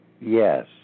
Yes